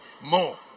More